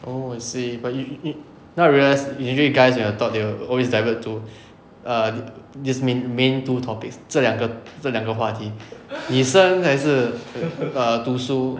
oh I see but you you 你 now I realize usually guys when I talk they'll always divert to err this main main two topics 这两个这两个话题女生还是 err 读书